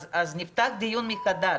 לכן נפתח דיון מחדש.